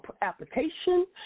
application